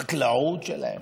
החקלאות שלהם.